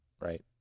right